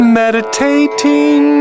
meditating